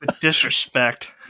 disrespect